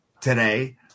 today